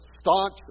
staunch